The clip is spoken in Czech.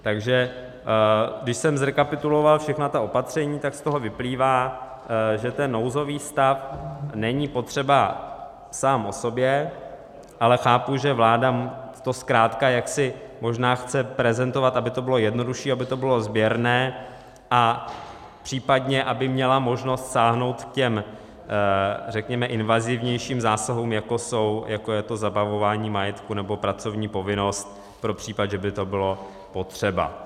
Takže když jsem zrekapitulovat všechna ta opatření, tak z toho vyplývá, že ten nouzový stav není potřeba sám o sobě, ale chápu, že vláda to zkrátka jaksi možná chce prezentovat, aby to bylo jednodušší, aby to bylo sběrné a případně aby měla možnost sáhnout k těm, řekněme, invazivnějším zásahům, jako je to zabavování majetku nebo pracovní povinnost pro případ, že by to bylo potřeba.